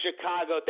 Chicago